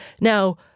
Now